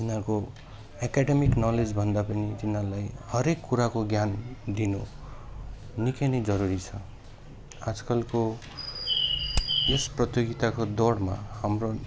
तिनीहरूको academic knowledge भन्दा पनि तिनीहरूलाई हर एक कुराको ज्ञान दिनु निकै नै जरुरी छ आजकलको यस प्रतियोगिताको दौडमा हाम्रो